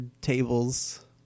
tables